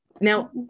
now